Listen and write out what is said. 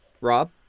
Rob